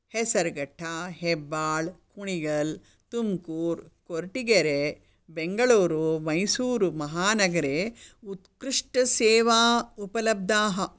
हेसरघट्ट हेब्बल् कुणिगल् तुम्कूर् कोर्टिगेरे बेङ्गळुरु मैसूरुमहानगरे उत्कृष्टसेवा उपलब्धाः